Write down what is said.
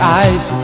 eyes